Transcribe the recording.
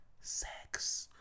sex